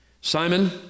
Simon